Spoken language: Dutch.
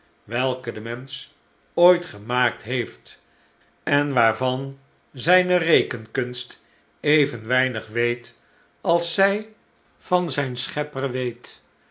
welke de mensch ooit gemaakt heeft en waarvan zijne rekenkunst even weinig weet als zij van zijn schepper weet